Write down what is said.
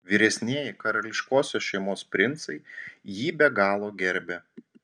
vyresnieji karališkosios šeimos princai jį be galo gerbė